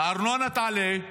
הארנונה תעלה,